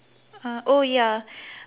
uh oh ya